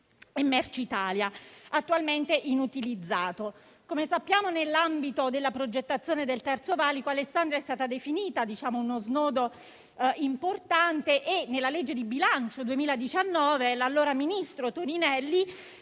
e Mercitalia Rail, attualmente inutilizzata. Come sappiamo, nell'ambito della progettazione del Terzo valico, Alessandria è stata definita uno snodo importante e, nella legge di bilancio per il 2019, dall'allora ministro Toninelli